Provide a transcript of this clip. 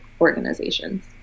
organizations